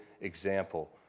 example